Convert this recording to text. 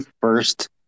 first